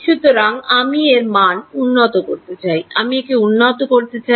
সুতরাং আমি এর মান উন্নত করতে চাই আমি একে উন্নত করতে চাই